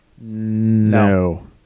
No